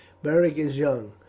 beric is young,